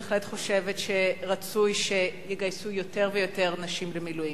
אני בהחלט חושבת שרצוי שיגייסו יותר ויותר נשים למילואים.